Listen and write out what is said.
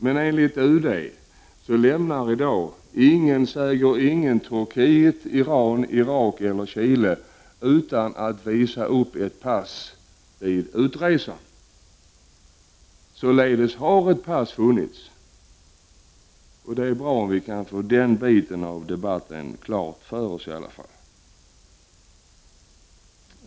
Men enligt UD lämnar i dag ingen, säger ingen, Turkiet, Iran, Irak eller Chile utan att visa upp ett pass vid utresan. Således har ett pass funnits; det vore bra om vi kunde få den biten av debatten klar för oss i alla fall!